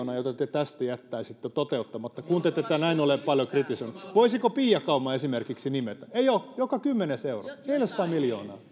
miljoonaa mitä te tästä jättäisitte toteuttamatta kun te tätä näin paljon olette kritisoineet voisiko pia kauma esimerkiksi nimetä ei ole joka kymmenes euro neljäsataa miljoonaa